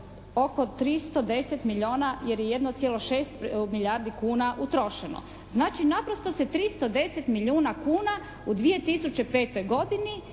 oko 310 milijuna jer je 1,6 milijardi kuna utrošeno. Znači naprosto se 310 milijuna kuna u 2005. godini